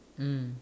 mm